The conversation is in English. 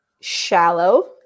shallow